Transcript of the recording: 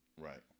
right